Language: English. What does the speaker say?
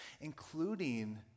including